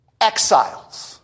exiles